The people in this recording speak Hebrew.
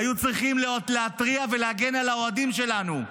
היו צריכים להתריע ולהגן על האוהדים שלנו,